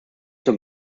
zum